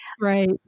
Right